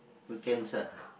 weekends ah